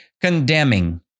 Condemning